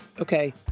okay